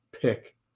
pick